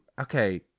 okay